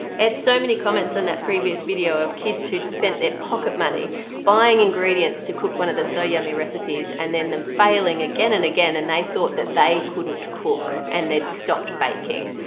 had so many comments in that previous video of kids who'd spent their pocket money buying ingredients to cook one of the so yummy recipes and then them failing again and again and they thought that they couldn't cook and they'd stopped baking.